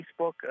Facebook